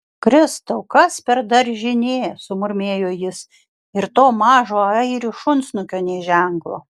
kristau kas per daržinė sumurmėjo jis ir to mažo airių šunsnukio nė ženklo